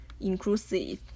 inclusive